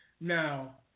Now